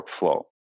workflow